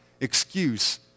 excuse